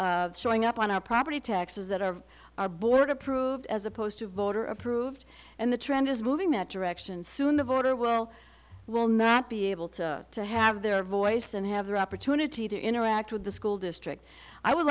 now showing up on our property taxes that are our board approved as opposed to voter approved and the trend is moving that direction soon the voter will will not be able to to have their voice and have the opportunity to interact with the school district i would